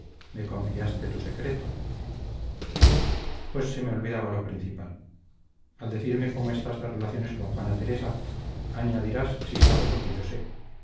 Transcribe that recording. me confiaste tu secreto pues se me olvidaba lo principal al decirme cómo estás de relaciones con juana teresa añadirás si sabe lo que yo sé